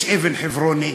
יש אבן חברונית,